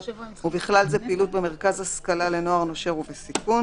ובכלל זה פעילות במרכז השכלה לנוער נושר ובסיכון,